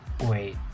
wait